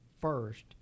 first